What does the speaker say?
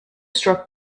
struck